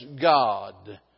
God